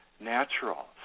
Natural